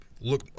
look